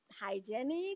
hygienic